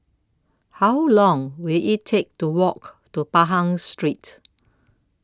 How Long Will IT Take to Walk to Pahang Street